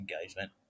engagement